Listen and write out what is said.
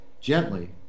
gently